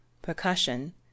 percussion